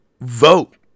Vote